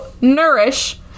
nourish